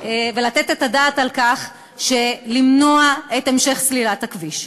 את הדעת על כך ולמנוע את המשך סלילת הכביש.